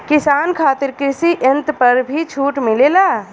किसान खातिर कृषि यंत्र पर भी छूट मिलेला?